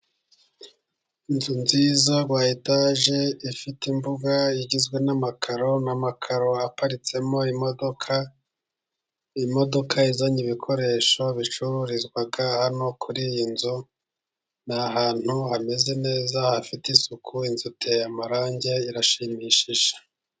Inzu nziza ya etage, ifite imbuga igizwe n'amakaro. Amakaro aparitsemo imodoka, imodoka izanye ibikoresho bicururizwa hano kuri iyi nzu. Ni ahantu hameze neza, hafite isuku, inzu iteye amarangi irashimishije.